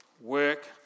work